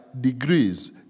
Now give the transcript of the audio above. degrees